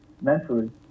mentally